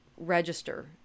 register